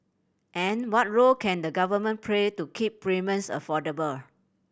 and what role can the government play to keep affordable